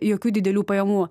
jokių didelių pajamų